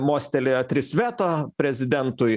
mostelėjo tris veto prezidentui